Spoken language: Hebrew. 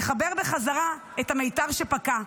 לחבר בחזרה את המיתר שפקע,